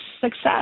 success